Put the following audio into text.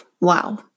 wow